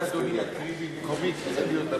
אולי אדוני יקריא במקומי, כי היא לא בפני.